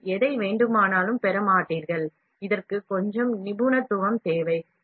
நீங்கள் பகுதியை பெற இயலாது இதற்கு கொஞ்சம் நிபுணத்துவம் தேவை